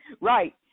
Right